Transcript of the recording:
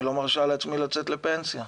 אני לא מרשה לעצמי לצאת לפנסיה.